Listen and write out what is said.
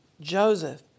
Joseph